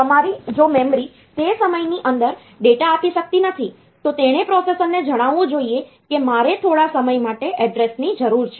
જો મેમરી તે સમયની અંદર ડેટા આપી શકતી નથી તો તેણે પ્રોસેસરને જણાવવું જોઈએ કે મારે થોડા સમય માટે એડ્રેસની જરૂર છે